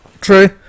True